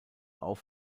auch